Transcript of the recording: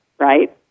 right